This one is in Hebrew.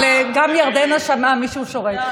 אבל גם ירדנה שמעה מישהו שורק.